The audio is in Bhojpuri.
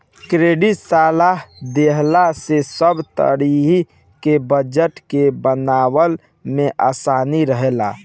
क्रेडिट सलाह लेहला से सब तरही के बजट के बनवला में आसानी रहेला